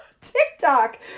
TikTok